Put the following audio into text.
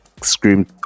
screamed